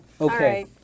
Okay